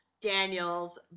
Daniels